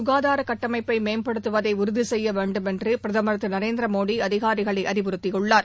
சுகாதாரகட்டமைப்பைமேம்படுத்தப்படுவதைஉறுதிசெய்யவேண்டும் நாட்டில் என்றுபிரதமர் திருநரேந்திரமோடிஅதிகாரிகளைஅறிவுறுத்தியுள்ளார்